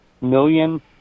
million